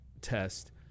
test